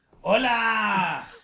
Hola